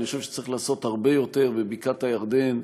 חושב שצריך לעשות הרבה יותר בבקעת הירדן,